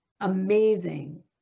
amazing